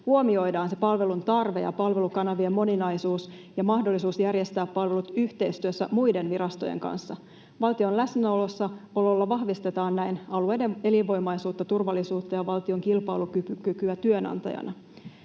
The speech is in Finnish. huomioidaan se palveluntarve ja palvelukanavien moninaisuus ja mahdollisuus järjestää palvelut yhteistyössä muiden virastojen kanssa. Valtion läsnäololla vahvistetaan näin alueiden elinvoimaisuutta, turvallisuutta ja valtion kilpailukykyä työnantajana.